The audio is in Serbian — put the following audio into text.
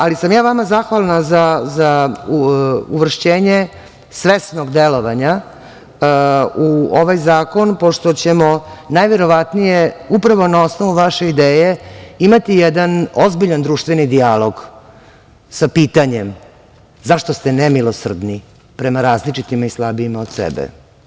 Ali, ja sam vama zahvalna za uvršćenje svesnog delovanja u ovaj zakon, pošto ćemo najverovatnije upravo na osnovu vaše ideje imati jedan ozbiljan društveni dijalog sa pitanjem - zašto ste nemilosrdni prema različitima i slabijima od sebe?